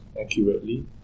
accurately